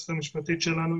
היועצת המשפטית שלנו.